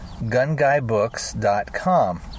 gunguybooks.com